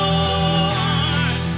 Lord